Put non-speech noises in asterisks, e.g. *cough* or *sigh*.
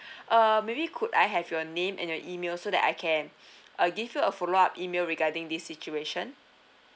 *breath* uh maybe could I have your name and your email so that I can *breath* I'll give you a follow up email regarding this situation